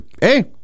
Hey